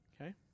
Okay